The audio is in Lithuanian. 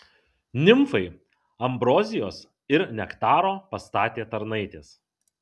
nimfai ambrozijos ir nektaro pastatė tarnaitės